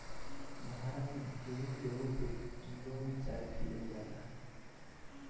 भारत में केहू केहू पे नून चाय पियल जाला